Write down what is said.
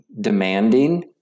demanding